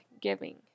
giving